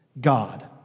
God